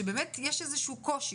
שבאמת יש איזה שהוא קושי.